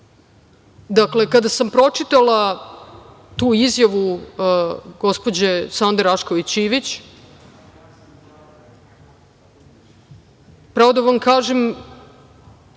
kada sam pročitala tu izjavu gospođe Sande Rašković Ivić, pravo da vam kažem